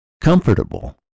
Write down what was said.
comfortable